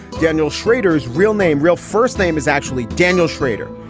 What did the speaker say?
daniel schrader's real name, real first name is actually daniel schrader.